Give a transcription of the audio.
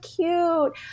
cute